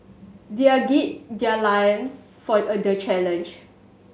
their gird their loins for the challenge